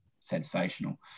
sensational